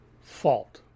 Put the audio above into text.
fault